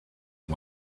and